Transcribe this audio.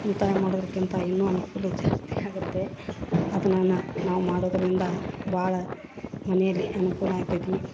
ಉಳಿತಾಯ ಮಾಡೋರಿಗಿಂತ ಇನ್ನು ಅನುಕೂಲ ಜಾಸ್ತಿ ಆಗತ್ತೆ ಅದನ್ನ ನಾ ನಾವು ಮಾಡೋದರಿಂದ ಭಾಳ ಮನೆಯಲ್ಲಿ ಅನುಕೂಲ ಆಗ್ತೈತಿ